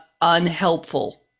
unhelpful